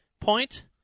point